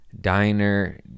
diner